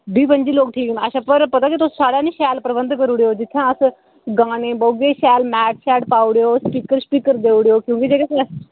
बीह् पंजी लोक ठीक न अच्छा पर पता केह् तुस साढ़ा निं शैल प्रबंध करी ओड़ेओ जित्थें अस गाने बौह्गे शैल मैट शैट पाई ओड़यो स्पीकर श्पिकर देई ओड़ेओ क्योंकि जेह्ड़े साढ़े